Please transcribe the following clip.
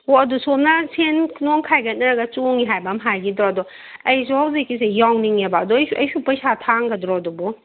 ꯑꯣ ꯑꯗꯨ ꯁꯣꯝꯅ ꯁꯦꯟ ꯅꯨꯡ ꯈꯥꯏꯒꯠꯅꯔꯒ ꯆꯣꯡꯉꯤ ꯍꯥꯏꯕ ꯑꯃ ꯍꯥꯏꯒꯤꯗꯣ ꯑꯗꯣ ꯑꯩꯁꯨ ꯍꯧꯖꯤꯛꯀꯤꯁꯦ ꯌꯥꯎꯅꯤꯡꯉꯦꯕ ꯑꯗꯣ ꯑꯩꯁꯨ ꯑꯩꯁꯨ ꯄꯩꯁꯥ ꯊꯥꯡꯒꯗ꯭ꯔꯣ ꯑꯗꯨꯕꯣ